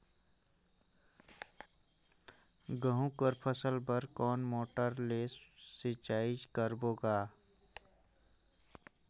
गहूं कर फसल बर कोन मोटर ले सिंचाई करबो गा?